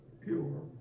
pure